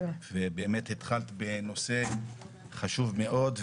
התחלת בנושא חשוב מאוד,